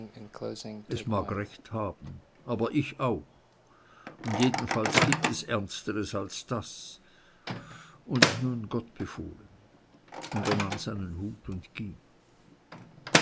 es mag recht haben aber ich auch und jedenfalls gibt es ernsteres als das und nun gott befohlen und er nahm seinen hut und ging